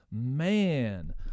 man